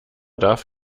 darf